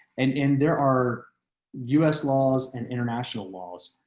and and there are us laws and international laws.